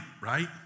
right